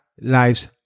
Lives